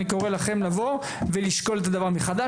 אני קורא לכם לבוא ולשקול את הדבר מחדש,